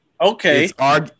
Okay